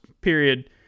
period